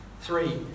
Three